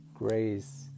Grace